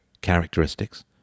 characteristics